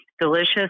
Delicious